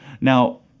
Now